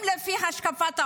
אם זה לפי השקפת עולם,